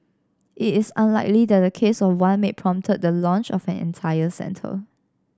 it is unlikely that the case of one maid prompted the launch of an entire center